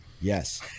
yes